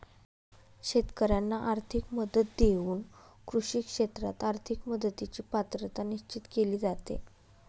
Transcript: शेतकाऱ्यांना आर्थिक मदत देऊन कृषी क्षेत्रात आर्थिक मदतीची पात्रता निश्चित केली जाते